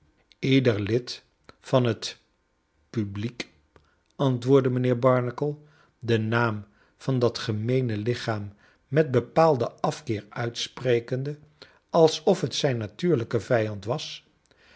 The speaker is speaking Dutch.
ieder lid van het publiek antwoordde mijnheer barnacle den naam van dat gemeene lichaam met bepaalden afkeer uitsprekende alsof het zijn natuurlijke vijand was